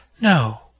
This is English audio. No